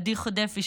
עדי חודפי,